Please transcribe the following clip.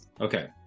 Okay